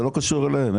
זה לא קשור אליהם,